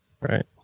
right